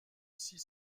six